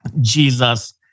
Jesus